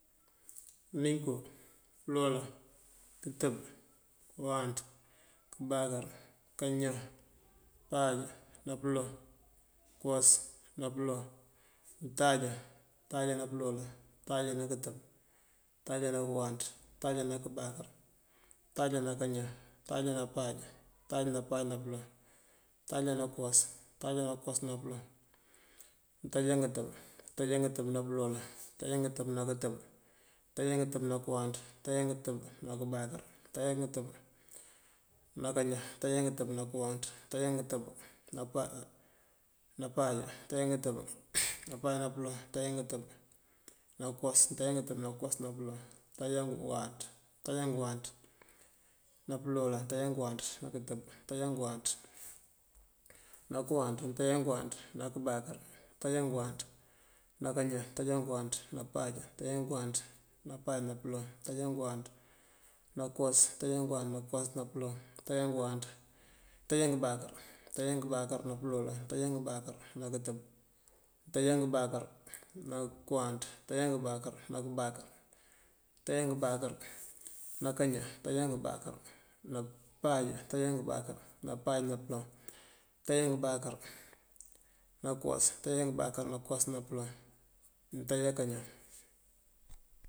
Ninko, pёloolan, kёtёb, kёwáanţ, kёbáakёr, kañan, páaj nápёloŋ, kёwas nápёloŋ, untáajá, untáajá nápёloolan, untáajá nákёtёb, untáajá nákёwáanţ, untáajá ná kёbáakёr, untáajá ná kañan, untáajá nápáaj, untáajá nápáaj nápёloŋ, untáajá nákёwas, untáajá nákёwas nápёloŋ, ngёntáajá ngёtёb, ngёntáajá ngёtёb nápёloolan, ngёntáajá ngёtёb nákёtёb, ngёntáaajá ngёtёb nákёwáanţ, ngёntáaajá ngёtёb ná kёbáakёr, ngёntáajá ngёtёb ná kañan, ngёntáajá ngёtёb nápáaj, ngёntáajá ngёtёb nápáaj nápёloŋ, ngёntáajá ngёtёb nákёwas, ngёntáajá ngёtёb nákёwas nápёloŋ, ngёntáajá ngёwáanţ, ngёntáajá ngёwáanţ nápёloolan, ngёntáajá ngёwáanţ nákёtёb, ngёntáajá ngёwáanţ nákёwáanţ, ngёntáajá ngёwáanţ ná kёbáakёr, ngёntáajá ngёwáanţ ná kañan, ngёntáajá ngёwáanţ nápáaj, ngёntáajá ngёwáanţ nápáaj nápёloŋ, ngёntáajá ngёwáanţ ná kёwas, ngёntáaajá ngёwáanţ nákёwas nápёloŋ, ngёntáaajá ngёwáanţ ngёntáaajá ngёbáakёr, ngёntáajá ngёbáakёr nápёloolan, ngёntáajá ngёbáakёr nákёtёb, ngёntáajá ngёbáakёr nákёwáanţ, ngёntáajá ngёbáakё ná kёbáakёr, ngёntáajá ngёbáakёr kañan, ngёntáajá ngёbáakёr nápáaj, ngёntáajá ngёbáakёr nápáaj nápёloŋ, ngёntáajá ná kañan ngёbáakёr nákёwas, ngёntáajá ngёbáakёr nákёwas nápёloŋ, ngёntáajá kañan, ngёntáajá kañan nápёloolan, ngёntáajá kañan nákёtёb, ngёntáajá kañan nákёwáanţ, ngёntáajá kañan ná kёbáakёr, ngёntáajá kañan ná kañan, ngёntáajá kañan nápáaj, ngёntáajá kañan nápáaj nápёloŋ, ngёntáajá kañan nákёwas, ngёntáajá kañan nákёwas nápёloŋ, ngёntáajá kañan.